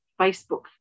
Facebook